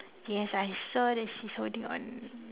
yes I saw that she's holding on